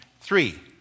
three